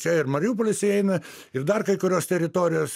čia ir mariupolis įeina ir dar kai kurios teritorijos